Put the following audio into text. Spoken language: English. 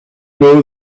know